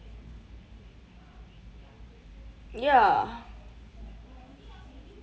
ya